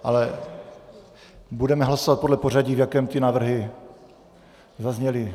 Ale budeme hlasovat podle pořadí, v jakém ty návrhy zazněly.